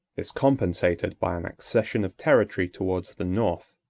is compensated by an accession of territory towards the north.